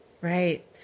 Right